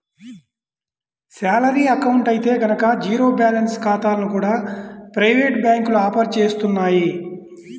salary account అయితే గనక zero balance ఖాతాలను కూడా ప్రైవేటు బ్యాంకులు ఆఫర్ చేస్తున్నాయి